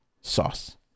sauce